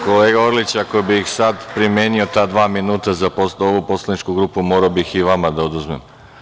Kolega Orlić, ako bih sada primenio ta dva minuta za ovu poslaničku grupu, moram bih i vama da oduzmem.